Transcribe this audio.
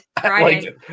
Friday